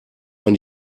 man